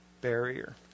barrier